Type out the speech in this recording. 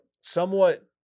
Somewhat